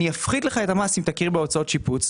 אני אפחית לך את המס אם תכיר בהוצאות שיפוץ